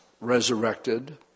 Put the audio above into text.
resurrected